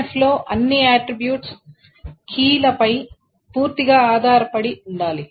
2NF లో అన్ని attributes కీలపై పూర్తిగా ఆధారపడి ఉండాలి